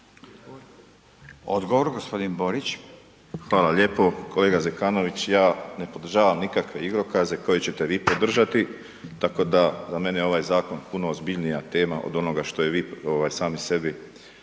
**Borić, Josip (HDZ)** Hvala lijepo. Kolega Zekanović, ja ne podržavam nikakve igrokaze koje ćete vi podržati, tako da za mene je ovaj Zakon puno ozbiljnija tema od onoga što je vi, ovaj, sami